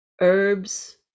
herbs